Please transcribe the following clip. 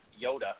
Yoda